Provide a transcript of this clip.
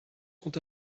sont